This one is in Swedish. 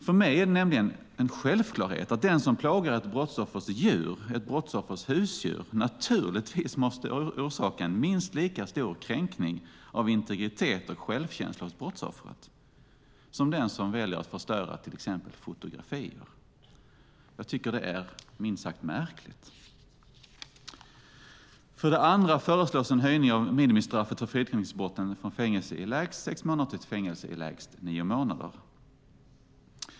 För mig är det en självklarhet att den som plågar ett brottsoffers husdjur naturligtvis måste orsaka en minst lika stor kränkning av integritet och självkänsla hos brottsoffret som den som väljer att förstöra till exempel fotografier. Det är minst sagt märkligt. För det andra föreslås en höjning av minimistraffet för fridskränkningsbrotten från fängelse i lägst sex månader till fängelse i lägst nio månader.